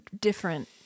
different